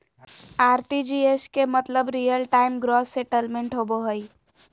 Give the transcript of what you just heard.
RTGS के मतलब real time gross settlement होबो हय